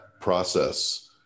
process